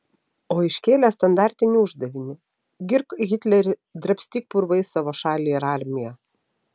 o iškėlė standartinį uždavinį girk hitlerį drabstyk purvais savo šalį ir armiją